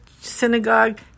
synagogue